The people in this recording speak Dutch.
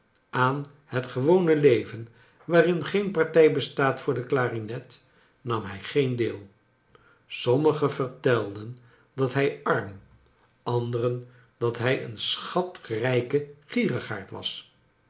aan het gewone leven waarin geen partij bestaat voor de clarinet nam hij geen deel sommigen vertelden dat hij arm anderen dat hij een schatrijke gierigaard was